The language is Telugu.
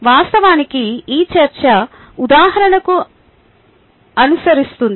వాస్తవానికి ఈ చర్చ ఉదాహరణను అనుసరిస్తుంది